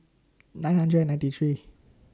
nine hundred and ninety three